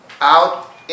out